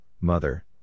Mother